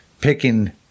picking